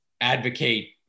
advocate